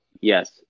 yes